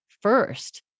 first